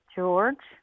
George